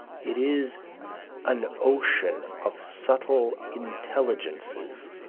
it is an ocean of subtile intelligences.